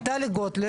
טלי גוטליב.